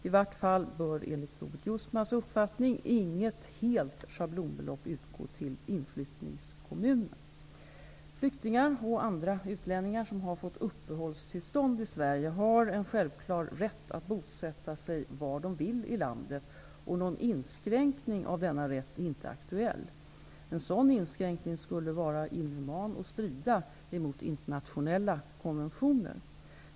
I vart fall bör enligt Robert Jousmas uppfattning inget helt schablonbelopp utgå till inflyttningskommunen. Flyktingar och andra utlänningar som har fått uppehållstillstånd i Sverige har en självklar rätt att bosätta sig var de vill i landet, och någon inskränkning av denna rätt är inte aktuell. En sådan inskränkning skulle vara inhuman och strida mot internationella konventioner.